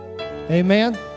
Amen